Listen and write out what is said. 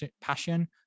passion